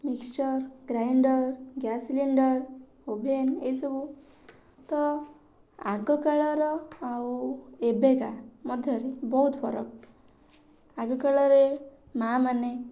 mixture grinder gas cylinder oven ଏ ସବୁ ତ ଆଗ କାଳର ଆଉ ଏବେକା ମଧ୍ୟରେ ବହୁତ ଫରକ ଆଗ କାଳରେ ମା' ମାନେ